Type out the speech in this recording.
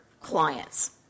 clients